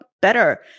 better